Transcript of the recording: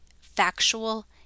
factual